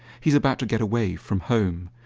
he's about to get away from home,